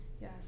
yes